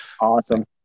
awesome